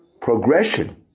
progression